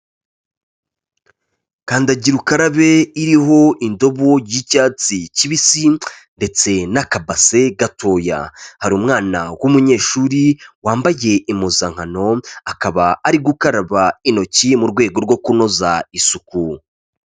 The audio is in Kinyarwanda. Kandagira ukarabe iriho indobo y'icyatsi kibisi ndetse n'akabase gatoya, hari umwana w'umunyeshuri wambaye impuzankano, akaba ari gukaraba intoki mu rwego rwo kunoza isuku.